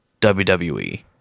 WWE